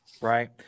right